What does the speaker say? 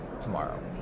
tomorrow